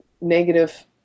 negative